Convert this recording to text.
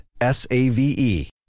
S-A-V-E